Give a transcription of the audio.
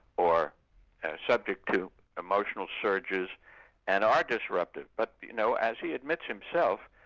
or subject to emotional surges and are disruptive. but you know, as he admits himself,